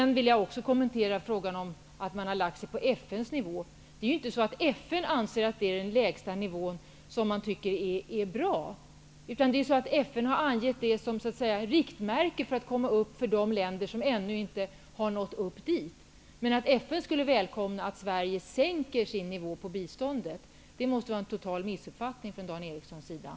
Jag vill också kommentera Dan Erikssons förslag om att lägga sig på FN:s nivå. Det är inte så att FN anser att den lägsta nivån är bra. FN har angett ett riktmärke för de länder som ännu inte har nått upp dit. Det måste vara en total missuppfattning av Dan Eriksson att FN skulle välkomna att Sverige sänkte sin nivå på biståndet.